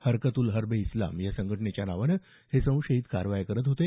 हरकत उल हर्ब ए इस्लाम संघटनेच्या नावानं हे संशयीत कारवाया करत होते